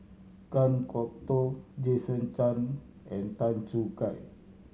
Kan Kwok Toh Jason Chan and Tan Choo Kai